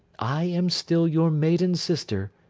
i am still your maiden sister,